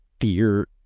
fear